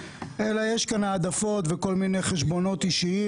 אלא יש כאן העדפות וכל מיני חשבונות אישיים,